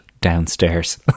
downstairs